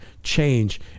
change